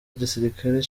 gisirikare